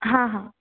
हां हां